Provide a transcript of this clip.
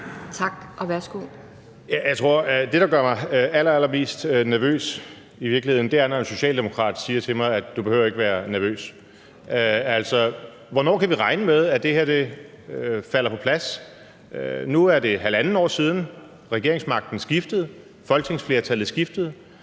at det, der i virkeligheden gør mig allermest nervøs, er, når en socialdemokrat siger til mig: Du behøver ikke at være nervøs. Hvornår kan vi regne med, at det her falder på plads? Nu er det halvandet år siden, regeringsmagten skiftede, at folketingsflertallet skiftede,